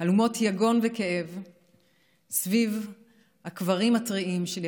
הלומות יגון וכאב סביב הקברים הטריים של יקיריהן,